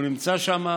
הוא נמצא שם,